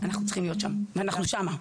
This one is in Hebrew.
אנחנו צריכים להיות שם ואנחנו שם.